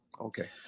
Okay